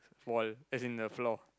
wall as in the floor